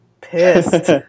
pissed